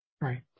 Right